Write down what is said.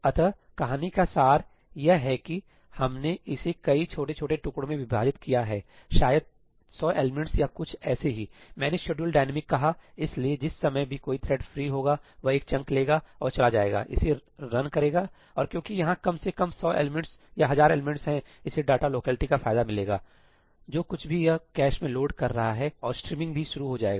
अतः कहानी का सार यह है कि हमने इसे कई छोटे छोटे टुकड़ों में विभाजित किया है शायद 100 एलिमेंट्स या कुछ ऐसे ही मैंने शेड्यूल डायनेमिक कहा इसलिए जिस समय भी कोई थ्रेड फ्री होगा वह एक चंक लेगा और चला जाएगा इसे रन करेगा और क्योंकि यहां कम से कम 100 एलिमेंट्स या हजार एलिमेंट्स है इसे डाटा लोकेलिटी का फायदा मिलेगा जो कुछ भी यह कैश में लोड कर रहा है और स्ट्रीमिंग भी शुरू हो जाएगा